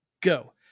go